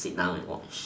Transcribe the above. sit down and watch